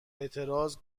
اعتراض